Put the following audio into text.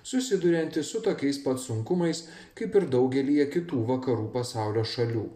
susidurianti su tokiais pat sunkumais kaip ir daugelyje kitų vakarų pasaulio šalių